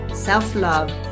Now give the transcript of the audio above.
self-love